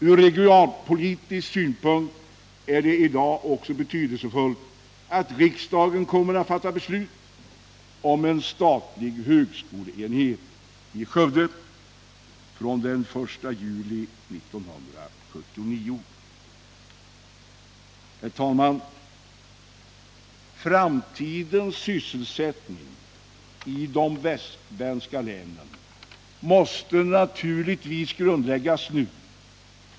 Ur regionalpolitisk synpunkt är det i dag mycket betydelsefullt att riksdagen kommer att fatta beslut om förläggning av en högskoleenhet till Skövde från den 1 juli 1979. Herr talman! Framtidens sysselsättning i de västsvenska länen måste naturligtvis grundläggas nu.